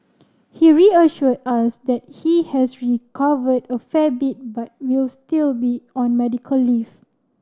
he reassured us that he has recovered a fair bit but will still be on medical leave